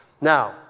Now